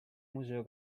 museo